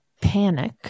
Panic